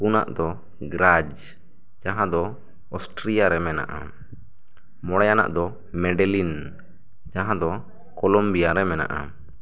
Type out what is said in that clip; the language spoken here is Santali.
ᱯᱩᱱᱟᱜ ᱫᱚ ᱜᱨᱟᱡᱽ ᱡᱟᱦᱟᱸ ᱚᱥᱴᱨᱤᱭᱟ ᱨᱮ ᱢᱮᱱᱟᱜᱼᱟ ᱢᱚᱬᱮᱭᱟᱱᱟᱜ ᱫᱚ ᱢᱮᱰᱮᱞᱤᱱ ᱡᱟᱦᱟᱸ ᱫᱚ ᱠᱳᱞᱚᱢᱵᱤᱭᱟ ᱨᱮ ᱢᱮᱱᱟᱜᱼᱟ